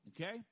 Okay